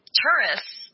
tourists